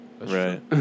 Right